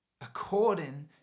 according